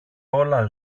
όλα